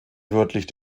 wörtlich